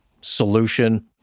solution